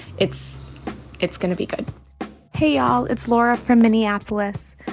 it's it's going to be good hey, y'all. it's laura from minneapolis.